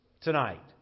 tonight